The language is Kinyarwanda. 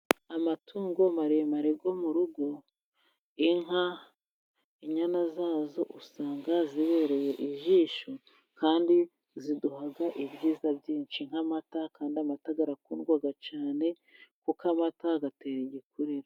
Amatungo maremare yomurugo, inka inyana zazo usanga zibereye ijisho kandi ziduha ibyiza byinshi nk'amata, kandi amata, arakundwa cyane kuka amata atera igikuriro.